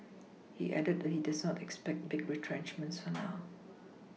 he added that he does not expect big retrenchments for now